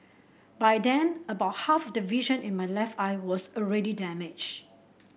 by then about half the vision in my left eye was already damaged